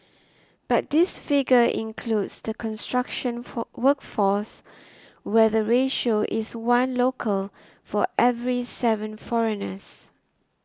but this figure includes the construction for workforce where the ratio is one local for every seven foreigners